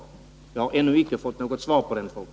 Jag har ännu icke fått något svar på den punkten.